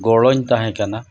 ᱜᱚᱲᱚᱧ ᱛᱟᱦᱮᱸ ᱠᱟᱱᱟ